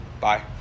Bye